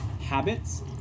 habits